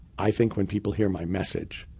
i think when people hear my message,